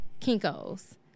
Kinko's